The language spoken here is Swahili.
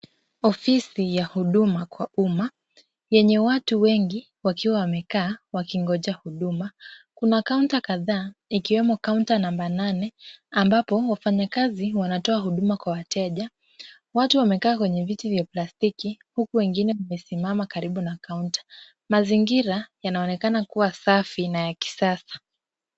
Ofisi ya huduma kwa umma yenye watu wengi wakiwa wamekaa wakingoja huduma. Kuna kaunta kadhaa ikiwemo kaunta namba nane ambapo wafanyikazi wanatoa huduma kwa wateja. Watu wamekaa kwenye viti vya plastiki huku wengine wamesimama karibu na kaunta. Mazingira yanaonekana kuwa safi na ya kisasa.